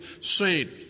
saint